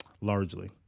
Largely